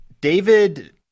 David